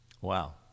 Wow